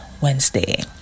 Wednesday